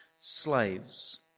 slaves